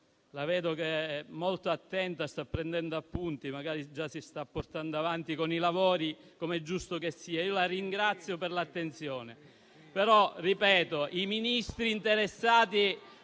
La vedo molto attenta, sta prendendo appunti, magari già si sta portando avanti con i lavori, come è giusto che sia. Io la ringrazio per l'attenzione, ma sarebbe opportuna la presenza dei ministri interessati.